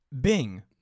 Bing